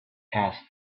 passed